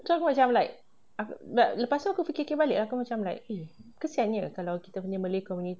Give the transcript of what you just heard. terus aku macam like lepas tu aku fikir-fikir balik aku macam like eh kesiannya kalau kita punya malay community really do not want to